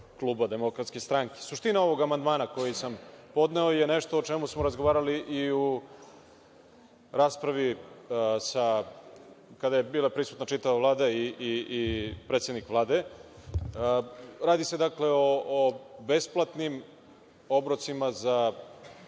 kluba DS.Suština ovog amandmana koji sam podneo je nešto o čemu smo razgovarali i u raspravi kada je bila prisutna čitava Vlada i predsednik Vlade. Radi se o besplatnim obrocima za